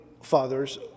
fathers